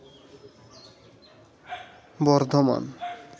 Bardhaman